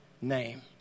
Name